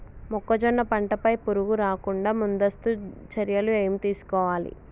మొక్కజొన్న పంట పై పురుగు రాకుండా ముందస్తు చర్యలు ఏం తీసుకోవాలి?